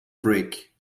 break